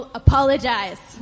apologize